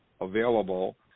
available